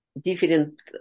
different